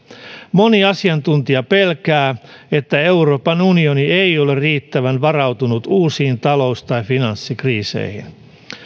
moni asiantuntija pelkää että euroopan unioni ei ole riittävän varautunut uusiin talous tai finanssikriiseihin